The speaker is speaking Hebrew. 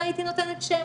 והייתי נותנת שם,